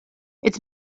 its